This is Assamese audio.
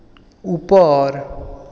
ওপৰ